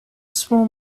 small